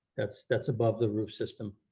that's that's above the roof system.